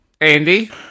Andy